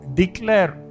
declare